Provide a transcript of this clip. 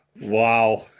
Wow